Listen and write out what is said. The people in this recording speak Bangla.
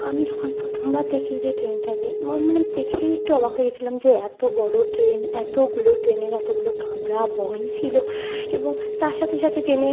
আমি যখন প্রথমবার দেখি যে ট্রেনটাকে আমার মানে দেখেই একটু অবাক হয়ে গিয়েছিলাম যে এত বড় ট্রেন এতগুলো ট্রেনের এতগুলো কামরা বগি ছিল এবং তার সাথে সাথে ট্রেনে